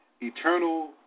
eternal